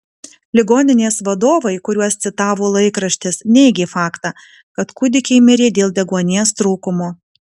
ligoninės vadovai kuriuos citavo laikraštis neigė faktą kad kūdikiai mirė dėl deguonies trūkumo